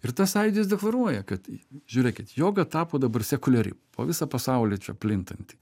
ir tas sąjūdis deklaruoja kad žiūrėkit joga tapo dabar sekuliari po visą pasaulį čia plintanti